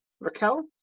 Raquel